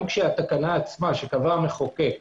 גם כשהתקנה עצמה, שקבע המחוקק,